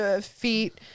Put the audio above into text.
feet